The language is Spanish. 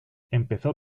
empezó